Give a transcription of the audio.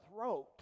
throat